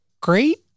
great